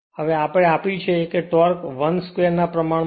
હવે એ પણ આપ્યું છે કે ટોર્ક 1 સ્ક્વેર ના પ્રમાણસર છે